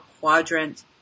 quadrant